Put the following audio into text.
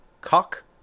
cock